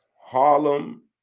Harlem